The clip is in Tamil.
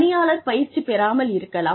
பணியாளர் பயிற்சி பெறாமல் இருக்கலாம்